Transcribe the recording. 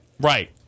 Right